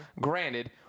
Granted